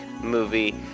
movie